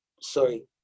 sorry